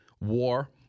war